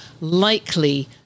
likely